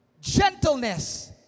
gentleness